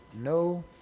no